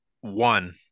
One